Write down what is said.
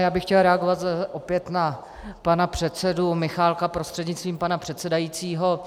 Já bych chtěl reagovat opět na pana předsedu Michálka prostřednictvím pana předsedajícího.